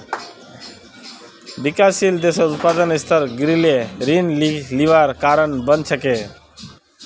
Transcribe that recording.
विकासशील देशत उत्पादेर स्तर गिरले त ऋण लिबार कारण बन छेक